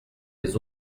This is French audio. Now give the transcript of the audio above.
les